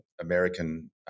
American